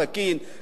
כך צריך להיות.